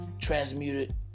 transmuted